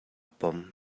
pom